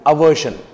Aversion